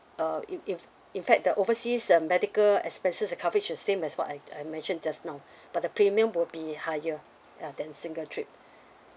uh if if in fact the overseas um medical expenses the coverage is same as what I I mention just now but the premium will be higher uh than single trip